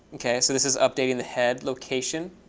ok. so this is updating the head location.